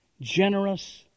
generous